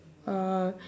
uh